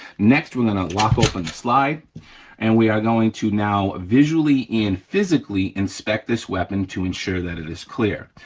next we're gonna lock open the slide and we are going to now visually and physically inspect this weapon to ensure that it is clear.